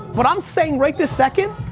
what i'm saying right this second,